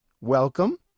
welcome